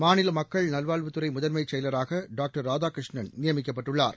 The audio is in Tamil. மாநில மக்கள் நல்வாழ்வுத்துறை முதன்மைச் செயலராக டாக்டர் ராதாகிருஷ்ணன் நியமிக்கப்பட்டுள்ளார்